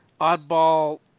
oddball